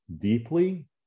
deeply